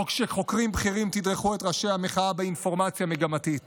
או כשחוקרים בכירים תדרכו את ראשי המחאה באינפורמציה מגמתית